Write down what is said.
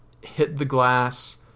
hit-the-glass